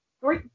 three